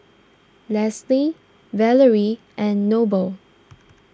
Leslee Valerie and Noble